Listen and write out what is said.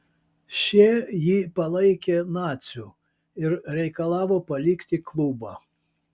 šie jį palaikė naciu ir reikalavo palikti klubą